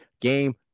game